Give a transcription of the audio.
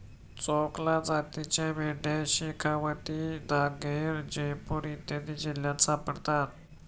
चोकला जातीच्या मेंढ्या शेखावती, नागैर, जयपूर इत्यादी जिल्ह्यांत सापडतात